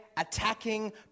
attacking